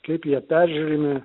kaip jie peržiūrimi